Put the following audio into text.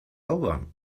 over